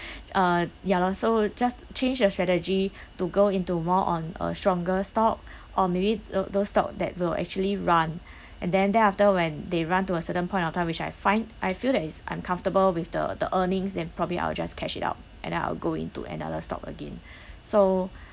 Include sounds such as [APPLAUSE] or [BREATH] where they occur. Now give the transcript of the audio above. [BREATH] uh ya lor so just change a strategy [BREATH] to go into more on a stronger stock or maybe uh those stock that will actually run [BREATH] and then thereafter when they run to a certain point of time which I find I feel that is I'm comfortable with the the earnings then probably I'll just cash it out and then I'll go into another stock again [BREATH] so